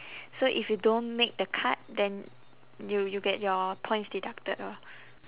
so if you don't make the cute then you you get your points deducted lor